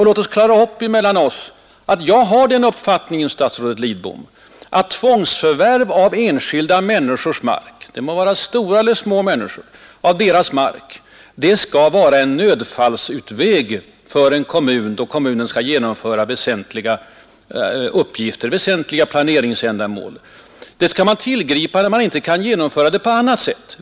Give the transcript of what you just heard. Låt oss klara upp det här mellan oss, jag har den uppfattningen, statsrådet Lidbom, att tvångsförvärv av enskilda människors mark — det må gälla stora eller små — skall vara en nödfallsutväg för en kommun som behöver genomföra väsentliga planeringsuppgifter. Expropriation skall man tillgripa när man inte kan genomföra planerna på annat sätt.